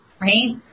right